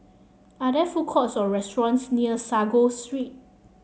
are there food courts or restaurants near Sago Street